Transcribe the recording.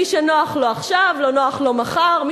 מי שנוח לו עכשיו לא נוח לו מחר,